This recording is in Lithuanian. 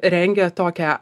rengia tokią